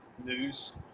News